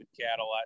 cattle